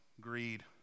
greed